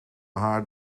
haar